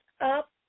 up